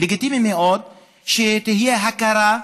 לגיטימי מאוד שתהיה הכרה,